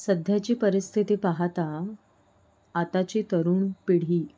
सध्याची परिस्थिती पाहता आताची तरुण पिढी